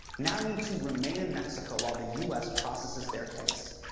now need to remain in mexico while the u s. processes their case.